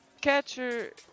catcher